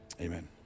amen